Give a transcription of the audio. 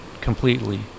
completely